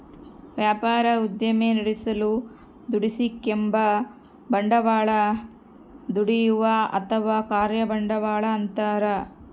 ವ್ಯಾಪಾರ ಉದ್ದಿಮೆ ನಡೆಸಲು ದುಡಿಸಿಕೆಂಬ ಬಂಡವಾಳ ದುಡಿಯುವ ಅಥವಾ ಕಾರ್ಯ ಬಂಡವಾಳ ಅಂತಾರ